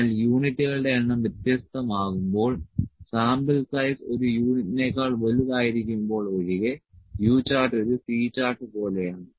എന്നാൽ യൂണിറ്റുകളുടെ എണ്ണം വ്യത്യസ്തമാകുമ്പോൾ സാമ്പിൾ സൈസ് ഒരു യൂണിറ്റിനേക്കാൾ വലുതായിരിക്കുമ്പോൾ ഒഴികെ U ചാർട്ട് ഒരു C ചാർട്ട് പോലെയാണ്